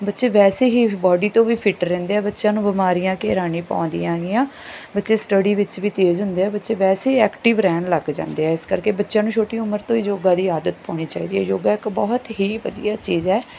ਬੱਚੇ ਵੈਸੇ ਹੀ ਬਾਡੀ ਤੋਂ ਵੀ ਫਿੱਟ ਰਹਿੰਦੇ ਆ ਬੱਚਿਆਂ ਨੂੰ ਬਿਮਾਰੀਆਂ ਘੇਰਾ ਨਹੀਂ ਪਾਉਂਦੀਆਂ ਹੈਗੀਆਂ ਬੱਚੇ ਸਟਡੀ ਵਿੱਚ ਵੀ ਤੇਜ਼ ਹੁੰਦੇ ਆ ਬੱਚੇ ਵੈਸੇ ਐਕਟਿਵ ਰਹਿਣ ਲੱਗ ਜਾਂਦੇ ਆ ਇਸ ਕਰਕੇ ਬੱਚਿਆਂ ਨੂੰ ਛੋਟੀ ਉਮਰ ਤੋਂ ਹੀ ਯੋਗਾ ਦੀ ਆਦਤ ਪਾਉਣੀ ਚਾਹੀਦੀ ਹੈ ਯੋਗਾ ਇੱਕ ਬਹੁਤ ਹੀ ਵਧੀਆ ਚੀਜ਼ ਹੈ